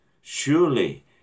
Surely